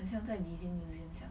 很像在 amazing museum 这样